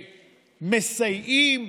מסייעים.